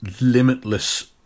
limitless